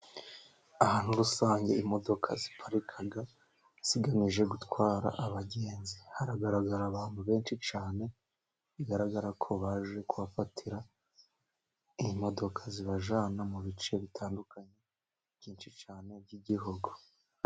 Ahantu rusange imodoka ziparika zigamije gutwara abagenz, haragaragara abantu benshi cyane bigaragara ko baje kuhafatira imodoka zibajyana mu bice bitandukanye byinshi cyane by'igihugu.